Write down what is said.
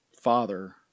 father